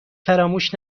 فراموش